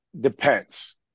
depends